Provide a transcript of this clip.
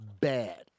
bad